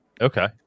Okay